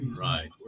Right